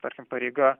tarkim pareiga